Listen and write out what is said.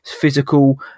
physical